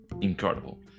incredible